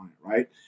Right